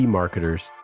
marketers